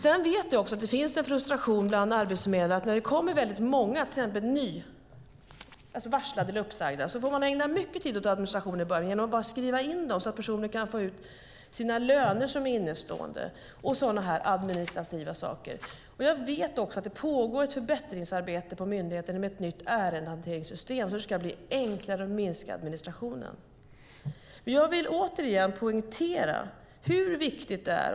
Sedan vet vi också att det finns en frustration bland arbetsförmedlare. När det kommer många till exempel nyligen varslade eller uppsagda får arbetsförmedlarna ägna mycket tid åt administration i början bara genom att skriva in dem. Det handlar om att personer ska få ut sina innestående löner och andra sådana administrativa saker. Jag vet att det pågår ett förbättringsarbete på myndigheten med ett nytt ärendehanteringssystem så att det ska bli enklare att minska administrationen. Jag vill återigen poängtera hur viktigt detta är.